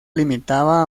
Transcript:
limitaba